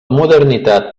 modernitat